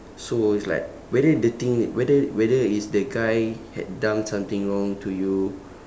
so it's like whether the thing whether whether it's the guy had done something wrong to you